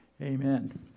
Amen